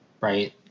Right